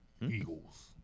Eagles